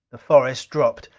the forest dropped,